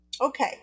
okay